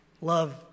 love